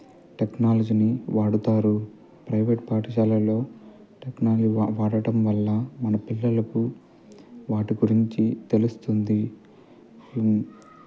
టెక్నాలజీని వాడుతారు ప్రైవేట్ పాఠశాలలో టెక్నాలజీ వాడటం వల్ల మన పిల్లలకు వాటి గురించి తెలుస్తుంది